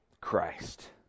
Christ